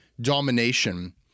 domination